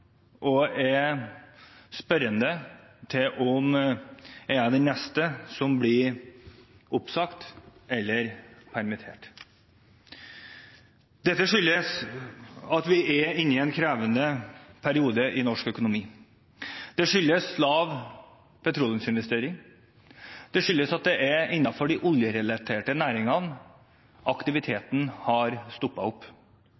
fortsatt og spør seg om de blir de neste som blir oppsagt eller permittert. Dette skyldes at vi er inne i en krevende periode i norsk økonomi. Det skyldes lav petroleumsinvestering, det skyldes at det er innenfor de oljerelaterte næringene aktiviteten har stoppet opp,